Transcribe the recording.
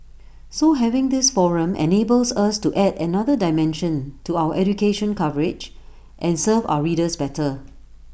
so having this forum enables us to add another dimension to our education coverage and serve our readers better